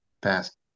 pass